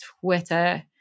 Twitter